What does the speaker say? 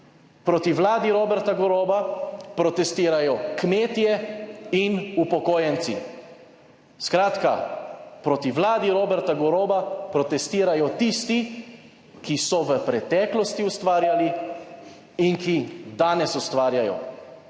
Proti vladi Roberta Goloba protestirajo kmetje in upokojenci. Skratka, proti vladi Roberta Goloba protestirajo tisti, ki so v preteklosti ustvarjali in ki danes ustvarjajo.